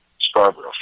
Scarborough